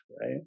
right